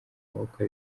maboko